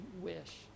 wish